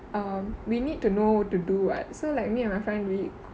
we need to know to do what so like me and my friend weak